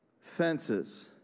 fences